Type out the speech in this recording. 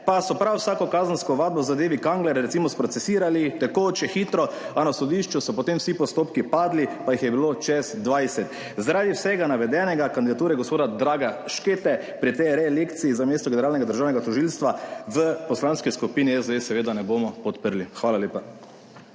pa so prav vsako kazensko ovadbo v zadevi Kangler recimo sprocesirali tekoče, hitro, a na sodišču so potem vsi postopki padli, pa jih je bilo čez 20. Zaradi vsega navedenega kandidature gospoda Draga Škete pri tej reelekciji za mesto generalnega državnega tožilca v Poslanski skupini SDS seveda ne bomo podprli. Hvala lepa.